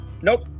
nope